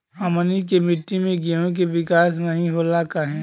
हमनी के मिट्टी में गेहूँ के विकास नहीं होला काहे?